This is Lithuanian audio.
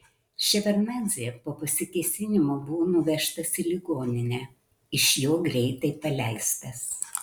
ševardnadzė po pasikėsinimo buvo nuvežtas į ligoninę iš jo greitai paleistas